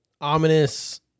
ominous